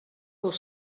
pour